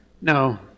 No